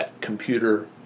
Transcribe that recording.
computer